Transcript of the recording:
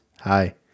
hi